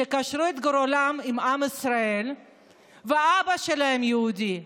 שקשרו את גורלם לעם ישראל ואבא שלהם יהודי.